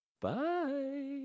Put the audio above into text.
bye